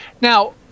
now